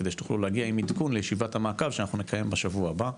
כדי שתוכלו להגיע עם עדכון לישיבת המעקב שאנחנו נקיים בשבוע הבא.